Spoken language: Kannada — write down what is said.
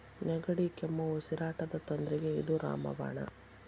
ನೆಗಡಿ, ಕೆಮ್ಮು, ಉಸಿರಾಟದ ತೊಂದ್ರಿಗೆ ಇದ ರಾಮ ಬಾಣ